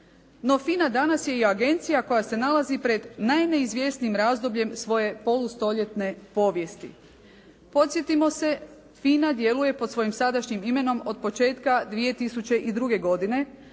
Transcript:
No, FINA danas je i agencija koja se nalazi i pred najneizvjesnijim razdoblje svoje polustoljetne povijesti. Podsjetimo se, FINA djeluje pod svojim sadašnjim imenom od početka 2002. godine